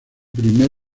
prima